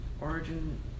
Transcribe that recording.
origin